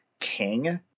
King